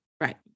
Right